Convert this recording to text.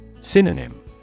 Synonym